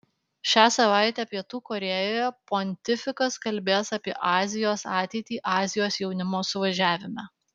šią savaitę pietų korėjoje pontifikas kalbės apie azijos ateitį azijos jaunimo suvažiavime